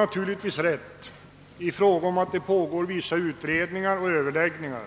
Naturligtvis har utskottet rätt i att vissa utredningar och överläggningar